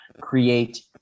create